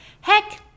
heck